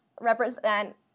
represent